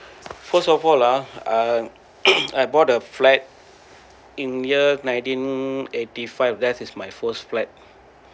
first of all ah uh I bought a flat in year nineteen eighty five that is my first flat